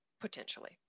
potentially